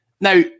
Now